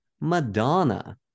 Madonna